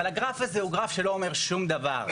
אבל הגרף הזה הוא גרף שלא אומר שום דבר,